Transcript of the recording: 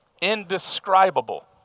indescribable